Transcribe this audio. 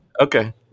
Okay